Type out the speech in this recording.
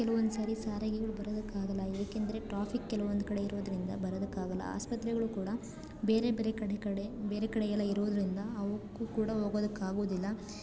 ಕೆಲವೊಂದು ಸಾರಿ ಸಾರಿಗೆಗಳು ಬರೋದಕ್ಕಾಗಲ್ಲ ಏಕಂದರೆ ಟ್ರಾಫಿಕ್ ಕೆಲವಂದು ಕಡೆ ಇರೋದರಿಂದ ಬರೋದಕ್ಕಾಗಲ್ಲ ಆಸ್ಪತ್ರೆಗಳು ಕೂಡ ಬೇರೆ ಬೇರೆ ಕಡೆ ಕಡೆ ಬೇರೆ ಕಡೆಯೆಲ್ಲ ಇರೋದರಿಂದ ಅವಕ್ಕೂ ಕೂಡ ಹೋಗೋದಕ್ಕಾಗೋದಿಲ್ಲ